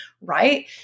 Right